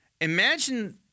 Imagine